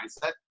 mindset